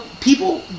people